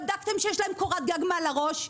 בדקתם שיש להם קורת גג מעל הראש?